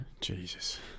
Jesus